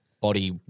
body